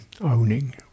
owning